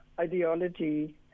ideology